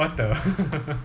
what the